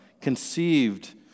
conceived